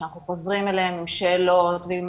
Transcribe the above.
שאנחנו חוזרים אליהם עם שאלות ועם